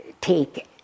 take